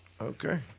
Okay